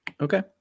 Okay